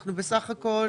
אנחנו בסך הכול